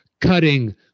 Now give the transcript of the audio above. cutting